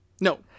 No